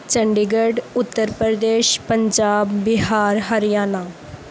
Chandigarh Uttar Pradesh Punjab Bihar Haryana